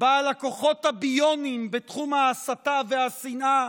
בעל הכוחות הביוניים בתחום ההסתה והשנאה,